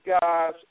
guys